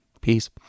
peace